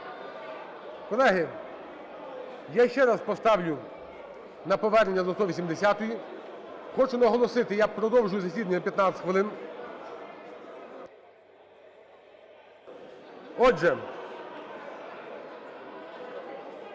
Колеги, я ще раз поставлю на повернення до 180-ї. Хочу наголосити, я продовжую засідання на 15 хвилин. Отже,